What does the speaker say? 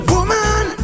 Woman